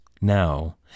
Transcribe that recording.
now